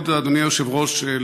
אדוני היושב-ראש,